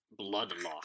bloodlock